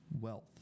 wealth